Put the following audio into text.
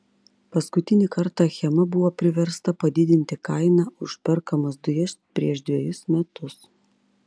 paskutinį kartą achema buvo priversta padidinti kainą už perkamas dujas prieš dvejus metus